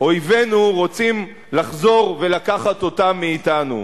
שאויבינו רוצים לחזור ולקחת אותם מאתנו.